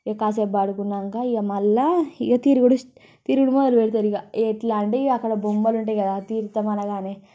ఇక కాసేపు పడుకున్నాక ఇక మళ్ళీ ఇక తిరుగుడు తిరుగుడు మొదలుపెడతారు ఇక ఎట్లా అంటే ఇక అక్కడ బొమ్మలు ఉంటాయి కదా తీర్థము అనగానే